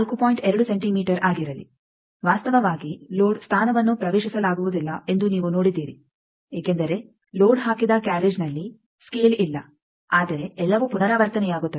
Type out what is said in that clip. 2 centimetre ಆಗಿರಲಿ ವಾಸ್ತವವಾಗಿ load ಸ್ಥಾನವನ್ನು ಪ್ರವೇಶಿಸಲಾಗುವುದಿಲ್ಲ ಎಂದು ನೀವು ನೋಡಿದ್ದೀರಿ ಏಕೆಂದರೆ ಲೋಡ್ ಹಾಕಿದ ಕ್ಯಾರ್ರೇಜ್ನಲ್ಲಿ ಸ್ಕೇಲ್ ಇಲ್ಲ ಆದರೆ ಎಲ್ಲವೂ ಪುನರಾವರ್ತನೆಯಾಗುತ್ತದೆ